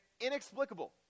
inexplicable